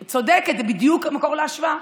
נכון, צודקת, זה בדיוק המקור להשוואה.